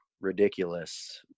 ridiculous